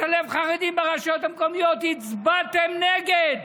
לשלב חרדים ברשויות המקומיות, הצבעתם נגד,